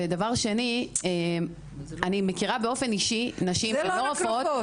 זה לא רק רופאות.